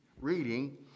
reading